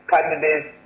candidates